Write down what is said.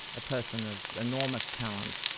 a person of enormous talent,